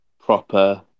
proper